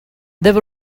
there